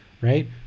right